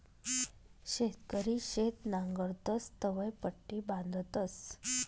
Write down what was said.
शेतकरी शेत नांगरतस तवंय पट्टी बांधतस